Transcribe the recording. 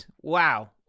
Wow